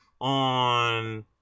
on